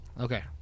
Okay